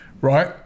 right